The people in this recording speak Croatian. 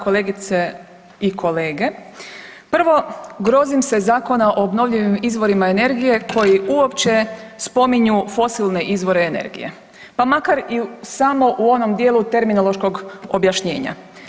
Kolegice i kolege, prvo grozim se Zakona o obnovljivim izvorima energije koji uopće spominju fosilne izvore energije pa makar i samo u onom dijelu terminološkog objašnjenja.